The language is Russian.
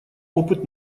опыт